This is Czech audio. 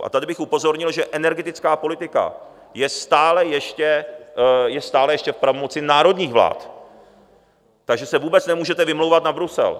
A tady bych upozornil, že energetická politika je stále ještě v pravomoci národních vlád, takže se vůbec nemůžete vymlouvat na Brusel.